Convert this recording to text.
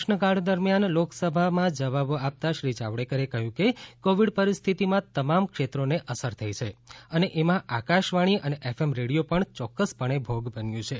પ્રશ્નકાળ દરમિયાન લોકસભામાં જવાબો આપતાં શ્રી જાવડેકરે કહ્યું કે કોવીડ પરિસ્થિતિમાં તમામ ક્ષેત્રોને અસર થઈ છે અને એમાં આકાશવાણી અને એફએમ રેડિયો પણ ચોક્કસપણે ભોગ બન્યું છે